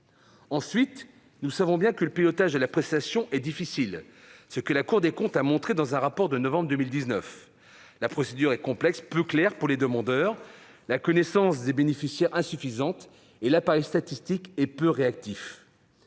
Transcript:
Ensuite, nous savons bien que le pilotage de la prestation est difficile- la Cour des comptes l'a montré dans un rapport de novembre 2019. La procédure est complexe et peu claire pour les demandeurs, la connaissance des bénéficiaires insuffisante et l'appareil statistique peu réactif-